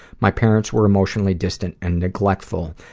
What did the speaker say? my parents were emotionally distant and neglectful.